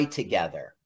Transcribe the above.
together